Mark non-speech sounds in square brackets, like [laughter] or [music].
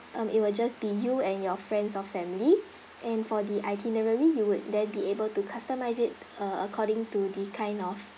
um it will just be you and your friends or family [breath] and for the itinerary you would then be able to customise it uh according to the kind of